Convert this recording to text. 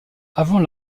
avant